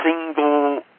single